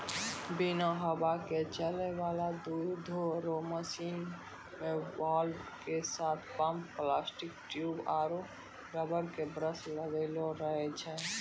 बिना हवा के चलै वाला दुधो रो मशीन मे वाल्व के साथ पम्प प्लास्टिक ट्यूब आरु रबर के ब्रस लगलो रहै छै